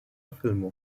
filmo